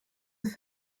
its